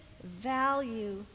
value